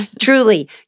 Truly